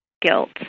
guilt